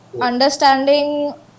understanding